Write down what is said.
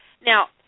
Now